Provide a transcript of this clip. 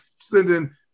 sending